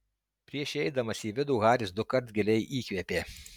prieš įeidamas į vidų haris dukart giliai įkvėpė